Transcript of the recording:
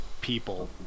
people